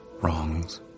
wrongs